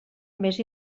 més